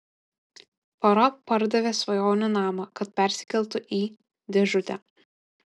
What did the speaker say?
pora pardavė svajonių namą kad persikeltų į dėžutę